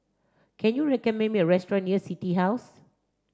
can you recommend me a restaurant near City House